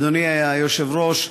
אדוני היושב-ראש,